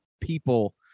people